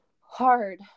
hard